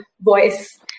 voice